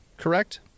correct